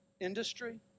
industry